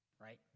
right